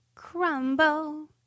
Crumble